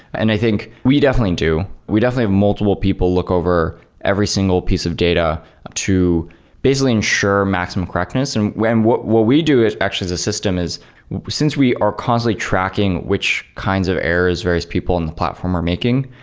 and i think we definitely do. we definitely have multiple people look over every single piece of data to basically ensure maximum correctness. and what what we do is actually as a system is since we are constantly tracking which kinds of errors various people in the platform are making,